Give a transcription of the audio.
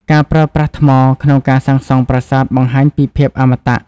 ការប្រើប្រាស់ថ្ម ក្នុងការសាងសង់ប្រាសាទបង្ហាញពីភាពអមតៈ។